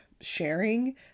sharing